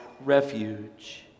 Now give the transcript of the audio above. refuge